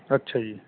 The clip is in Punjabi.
ਅੱਛਾ ਜੀ